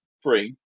free